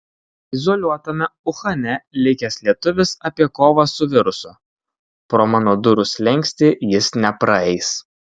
izoliuotame uhane likęs lietuvis apie kovą su virusu pro mano durų slenkstį jis nepraeis